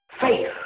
faith